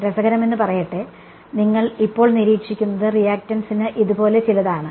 രസകരമെന്നു പറയട്ടെ നിങ്ങൾ ഇപ്പോൾ നിരീക്ഷിക്കുന്നത് റീയാക്റ്റൻസിന് ഇതുപോലെ ചിലത് ആണ്